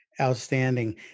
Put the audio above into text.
Outstanding